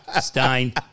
Stein